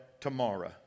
tomorrow